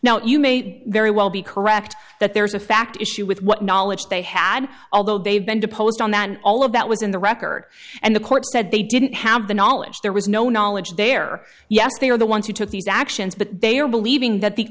now you may very well be correct that there's a fact issue with what knowledge they had although they've been deposed on that and all of that was in the record and the court said they didn't have the knowledge there was no knowledge there yes they were the ones who took these actions but they are believing that the